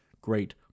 great